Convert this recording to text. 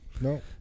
no